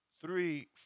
three